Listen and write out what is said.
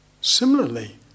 Similarly